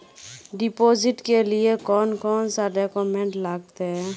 Deposit के लिए कौन कौन से डॉक्यूमेंट लगते?